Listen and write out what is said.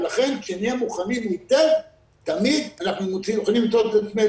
ולכן כאשר נהיה מוכנים היטב תמיד אנחנו יכולים למצוא את עצמנו